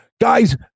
guys